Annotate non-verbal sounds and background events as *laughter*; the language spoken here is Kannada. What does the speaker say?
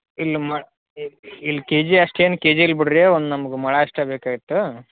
ಇಲ್ಲ ಮತ್ತು *unintelligible* ಇಲ್ಲ ಕೆಜಿ ಅಷ್ಟೇನು ಕೆಜಿ ಇಲ್ಲ ಬಿಡ್ರಿ ಒಂದು ನಮ್ಗೆ ಮೊಳ ಅಷ್ಟೇ ಬೇಕಾಗಿತ್ತು